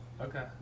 okay